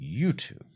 YouTube